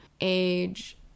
age